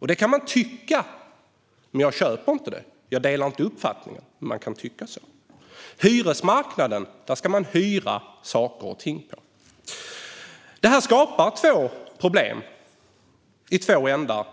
Så kan man tycka, men jag köper det inte. Man kan tycka så, men jag delar inte den uppfattningen. På hyresmarknaden ska man hyra saker och ting. När man börjar köpa kontrakt skapas problem i två ändar.